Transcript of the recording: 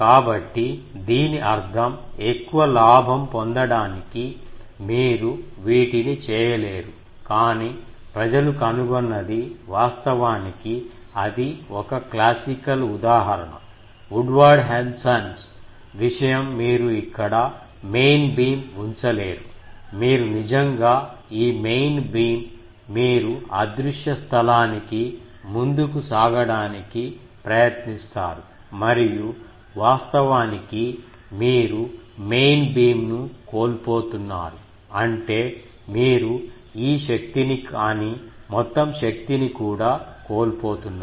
కాబట్టి దీని అర్థం ఎక్కువ లాభం పొందడానికి మీరు వీటిని చేయలేరు కాని ప్రజలు కనుగొన్నది వాస్తవానికి అది ఒక క్లాసికల్ ఉదాహరణ వుడ్వార్డ్ హెన్సన్ విషయం మీరు ఇక్కడ మెయిన్ బీమ్ ఉంచలేరు మీరు నిజంగా ఈ మెయిన్ బీమ్ మీరు అదృశ్య స్థలానికి ముందుకు సాగడానికి ప్రయత్నిస్తారు మరియు వాస్తవానికి మీరు మెయిన్ బీమ్ ను కోల్పోతున్నారు అంటే మీరు ఈ శక్తిని కానీ మొత్తం శక్తిని కూడా కోల్పోతున్నారు